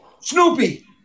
Snoopy